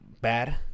Bad